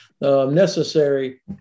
necessary